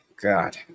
God